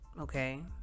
Okay